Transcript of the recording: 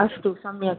अस्तु सम्यक्